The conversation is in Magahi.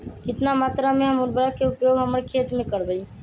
कितना मात्रा में हम उर्वरक के उपयोग हमर खेत में करबई?